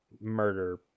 murder